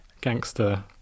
gangster